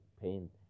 paint